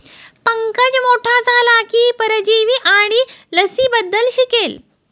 पंकज मोठा झाला की परजीवी आणि लसींबद्दल शिकेल